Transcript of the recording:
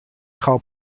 call